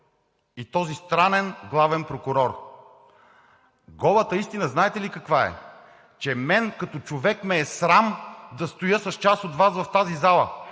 и този странен главен прокурор. Голата истина, знаете ли каква е? Мен като човек ме е срам да стоя с част от Вас в тази зала